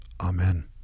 Amen